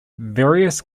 various